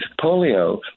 polio